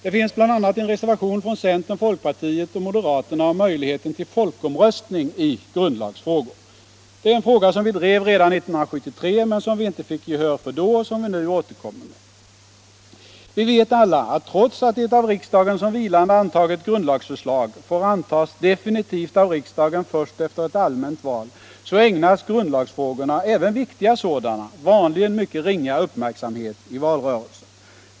Det finns bl.a. en reservation från centern, folkpartiet och moderaterna om möjligheten till folkomröstning i grundlagsfrågor. Det är en fråga som vi drev redan 1973 men som vi då inte fick gehör för och som vi nu återkommer i. Vi vet alla att trots att ett av riksdagen som vilande antaget grundlagsförslag får antas definitivt av riksdagen först efter ett allmänt val, så ägnas grundlagsfrågorna — även viktiga sådana — vanligen en mycket ringa uppmärksamhet i valrörelsen.